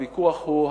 הוויכוח הוא,